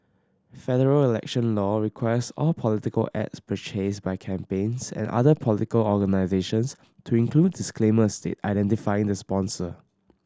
federal election law requires all political ads purchased by campaigns and other political organisations to include disclaimers identifying the sponsor